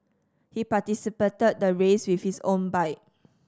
he participated the race with his own bike